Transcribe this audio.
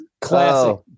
classic